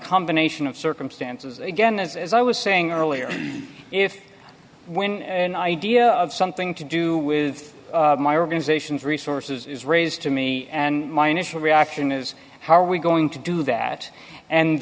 combination of circumstances again as i was saying earlier if when an idea of something to do with my organization resources is raised to me and my initial reaction is how are we going to do that and